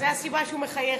זו הסיבה שהוא מחייך.